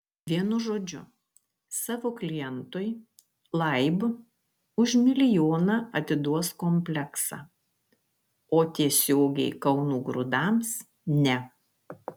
vienu žodžiu savo klientui laib už milijoną atiduos kompleksą o tiesiogiai kauno grūdams ne